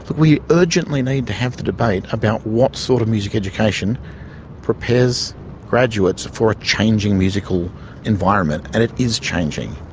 we urgently need to have the debate about what sort of music education prepares graduates for a changing musical environment. and it is changing.